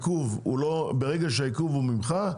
ברגע שהעיכוב הוא ממך,